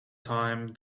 time